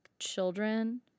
children